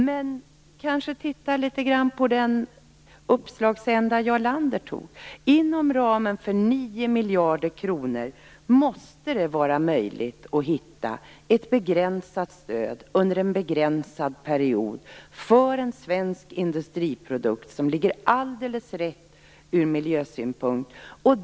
Men näringsministern kan kanske titta litet grand på den uppslagsända Jarl Lander visade på. Inom ramen för 9 miljarder kronor måste det vara möjligt att hitta ett begränsat stöd under en begränsad period för en svensk industriprodukt som ligger alldeles rätt ur miljösynpunkt.